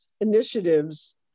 initiatives